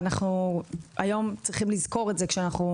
אנחנו צריכים לזכור את זה היום כשאנחנו